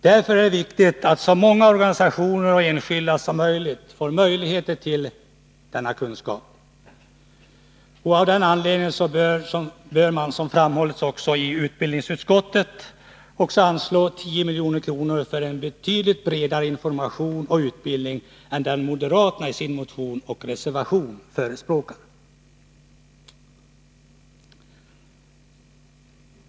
Därför är det viktigt att så många organisationer och enskilda som möjligt får tillgång till denna kunskap. Av den anledningen bör det, som framhållits av utbildningsutskottet, anslås 10 milj.kr. för en betydligt bredare information och utbildning än den som moderaterna i sin motion och reservation förespråkar.